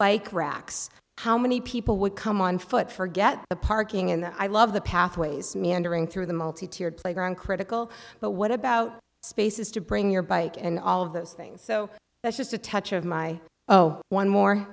bike racks how many people would come on foot forget the parking and i love the pathways meandering through the multi tiered playground critical but what about spaces to bring your bike and all of those things so that's just a touch of my oh one more